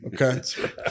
Okay